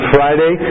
Friday